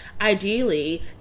ideally